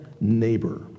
neighbor